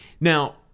Now